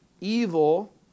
evil